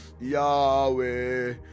Yahweh